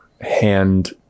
hand